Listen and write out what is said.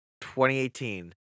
2018